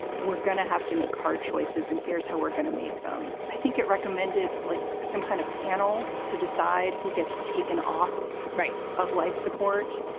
we're going to have to make hard choices and here's how we're gonna make them. i think it recommended like some kind of panel to decide who gets taken off of life support.